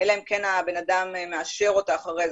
אלא אם כן הבן אדם מאשר אותה לאחר מכן.